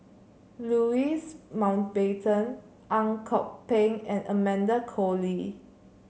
Louis Mountbatten Ang Kok Peng and Amanda Koe Lee